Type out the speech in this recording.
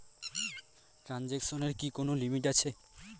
ট্রানজেকশনের কি কোন লিমিট আছে?